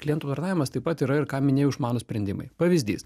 klientų aptarnavimas taip pat yra ir ką minėjau išmanūs sprendimai pavyzdys